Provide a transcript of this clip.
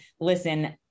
listen